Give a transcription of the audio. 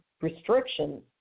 restrictions